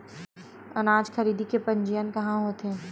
अनाज खरीदे के पंजीयन कहां होथे?